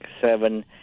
seven